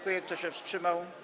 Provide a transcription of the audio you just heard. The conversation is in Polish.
Kto się wstrzymał?